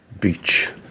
beach